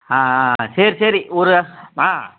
ஆ ஆ சரி சரி ஒரு ஆ